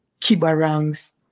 Kibarangs